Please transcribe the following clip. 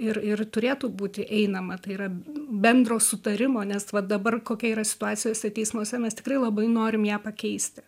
ir ir turėtų būti einama tai yra bendro sutarimo nes va dabar kokia yra situacijose teismuose mes tikrai labai norim ją pakeisti